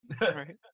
Right